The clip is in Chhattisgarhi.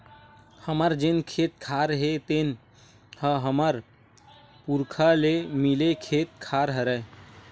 हमर जेन खेत खार हे तेन ह हमर पुरखा ले मिले खेत खार हरय